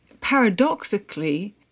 paradoxically